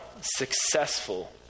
successful